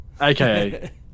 AKA